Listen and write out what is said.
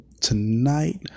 Tonight